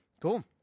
Cool